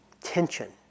tension